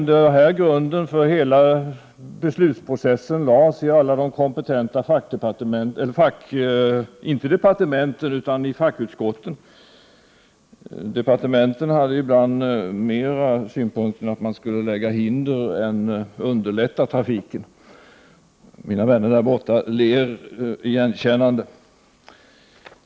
Där finns den grund för hela beslutsprocessen som lades av de kompetenta fackutskotten — jag höll på att säga fackdepartementen, men därifrån framfördes ibland mera synpunkten att man skulle lägga hinder än underlätta trafiken. Mina vänner på statsrådsbänkarna ler igenkännande.